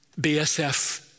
BSF